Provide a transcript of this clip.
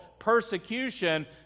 persecution